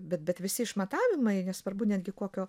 bet bet visi išmatavimai nesvarbu netgi kokio